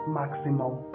maximum